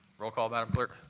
roll call, madam clerk.